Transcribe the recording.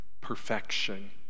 perfection